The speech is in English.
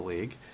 League